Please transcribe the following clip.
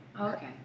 Okay